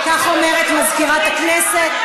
כך אומרת מזכירת הכנסת.